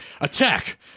attack